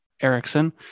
Erickson